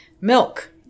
milk